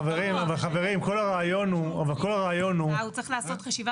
הוא צריך לעשות חשיבה